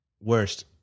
worst